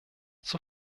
zur